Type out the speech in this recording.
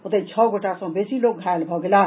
ओतहि छओ गोटा सॅ बेसी लोक घायल भऽ गेलाह